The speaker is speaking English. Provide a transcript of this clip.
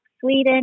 Sweden